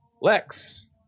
Lex